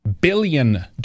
billion